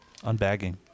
unbagging